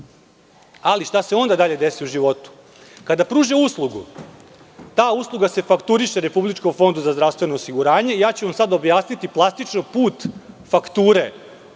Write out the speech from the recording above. šta se onda dalje desi u životu? Kada pruže uslugu, ta usluga se fakturiše Republičkom fondu za zdravstveno osiguranje i ja ću vam sada objasniti plastično put fakture